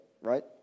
right